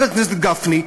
חבר הכנסת גפני,